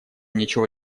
ничего